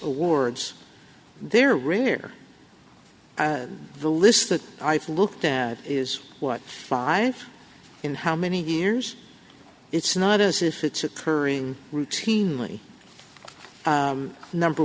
awards there rear the list that i've looked at is what five in how many years it's not as if it's occurring routinely number